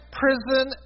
prison